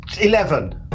Eleven